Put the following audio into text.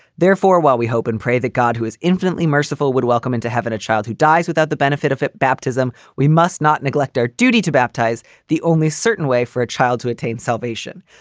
therefore, while we hope and pray that god, who is infinitely merciful, would welcome into heaven a child who dies without the benefit of baptism, we must not neglect our duty to baptize the only certain way for a child to attain salvation.